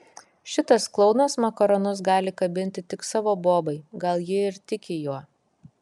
šitas klounas makaronus gali kabinti tik savo bobai gal ji ir tiki juo